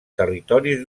territoris